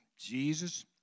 Jesus